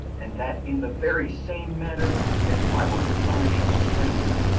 and that in the very same manner as if i were to punish a stranger,